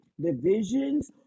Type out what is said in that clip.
divisions